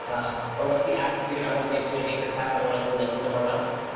or what's the attribute i want to give to an anchor tab when i want it to link somewhere else?